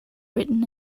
written